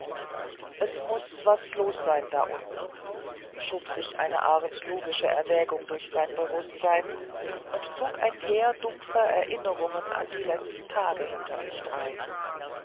es muß was los sein da unten schob sich eine art logischer erwägung durch sein bewußtsein und zog ein heer dumpfer erinnerungen an die letzten tage hinter sich drein